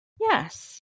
yes